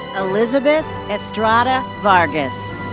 elizabeth estrada-vargas.